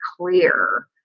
clear